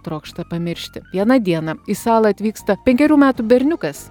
trokšta pamiršti vieną dieną į salą atvyksta penkerių metų berniukas